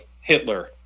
Hitler